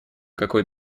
какой